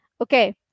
okay